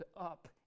up